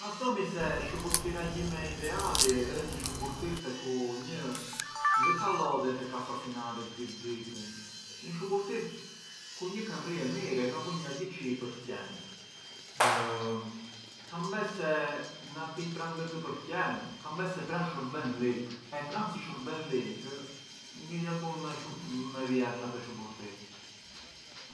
Ma thomi se shuburtira jime ideali ë një shuburtir te ku një ngë ka lodhet e ka sasinaret gjithë ditën, ku një ka rrie mirë e ka bunj atë çë i përqen, kam bes se na tij ngë të përqen kam bes se pran shurben lik, e na shurben lik, pran ngë e bun mirë atë shuburtir.